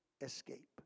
escape